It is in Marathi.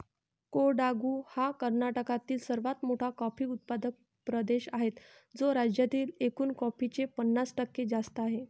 कोडागु हा कर्नाटकातील सर्वात मोठा कॉफी उत्पादक प्रदेश आहे, जो राज्यातील एकूण कॉफीचे पन्नास टक्के जास्त आहे